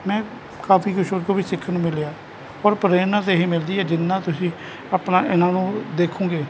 ਮੈਂ ਕਾਫੀ ਕੁਝ ਉਹ ਤੋਂ ਵੀ ਸਿੱਖਣ ਨੂੰ ਮਿਲਿਆ ਔਰ ਪ੍ਰੇਰਨਾ ਤਾਂ ਇਹ ਹੀ ਮਿਲਦੀ ਹੈ ਜਿੰਨਾ ਤੁਸੀਂ ਆਪਣਾ ਇਹਨਾਂ ਨੂੰ ਦੇਖੋਗੇ